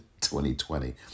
2020